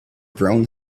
brown